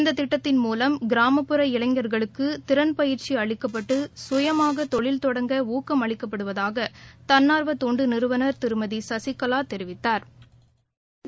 இந்ததிட்டத்தின் மூலம் கிராமப்புற இளைஞா்களுக்குதிறன் பயிற்சிஅளிக்கப்பட்டு கயமாகதொழில் தொடங்க ஊக்கம் அளிக்கப்படுவதாகதள்னாா்வதொண்டுநிறுவனா் திருமதிசசிகலாதெரிவித்தாா்